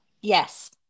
Yes